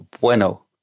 bueno